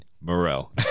Morrell